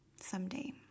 someday